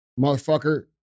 Motherfucker